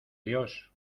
dios